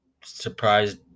surprised